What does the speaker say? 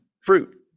fruit